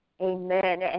amen